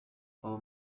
waba